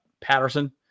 Patterson